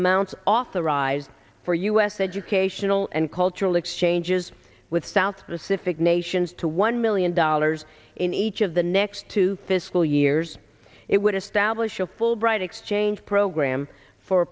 amount authorized for u s educational and cultural exchanges with south pacific nations to one million dollars in each of the next two fiscal years it would establish a fulbright exchange program for